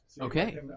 Okay